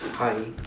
hi